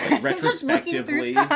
Retrospectively